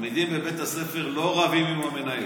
התלמידים בבית הספר לא רבים עם המנהל.